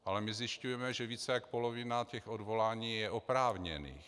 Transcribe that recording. Ale my zjišťujeme, že více jak polovina těch odvolání je oprávněných.